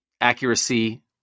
accuracy